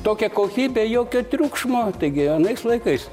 tokia kokybė jokio triukšmo taigi anais laikais